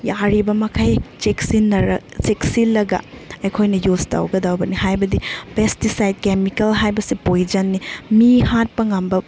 ꯌꯥꯔꯤꯕꯃꯈꯩ ꯆꯦꯛꯁꯤꯜꯂꯒ ꯑꯩꯈꯣꯏꯅ ꯌꯨꯁ ꯇꯧꯒꯗꯧꯕꯅꯤ ꯍꯥꯏꯕꯗꯤ ꯄꯦꯁꯇꯤꯁꯥꯏꯠ ꯀꯦꯃꯤꯀꯦꯜ ꯍꯥꯏꯕꯁꯤ ꯄꯣꯏꯖꯟꯅꯤ ꯃꯤ ꯍꯥꯠꯄ ꯉꯝꯕ